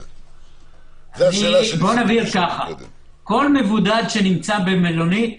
כל מבודד שנמצא במלונית,